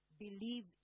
Believe